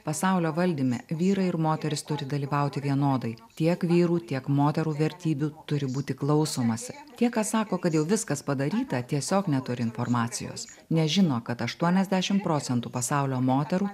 pasaulio valdyme vyrai ir moterys turi dalyvauti vienodai tiek vyrų tiek moterų vertybių turi būti klausomasi tie kas sako kad jau viskas padaryta tiesiog neturi informacijos nežino kad aštuoniasdešimt procentų pasaulio moterų